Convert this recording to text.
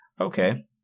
Okay